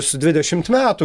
su dvidešimt metų